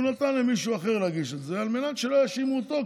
הוא נתן למישהו אחר להגיש את זה על מנת שלא יאשימו אותו.